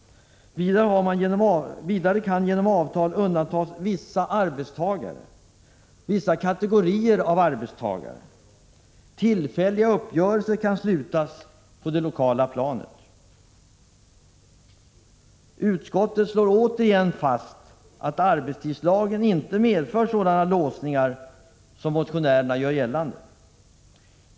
Vidare kan genom avtal undantas vissa arbetstagare eller kategorier av arbetstagare. Tillfälliga uppgörelser kan slutas på det lokala planet. Utskottet slår återigen fast att arbetstidslagen inte medför sådana låsningar som motionären gör gällande.